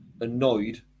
annoyed